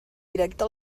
directe